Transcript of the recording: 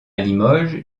limoges